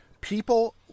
people